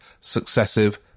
successive